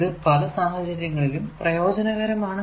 ഇത് പല സാഹചര്യങ്ങളിലും പ്രയോജനകരമാണ്